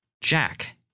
Jack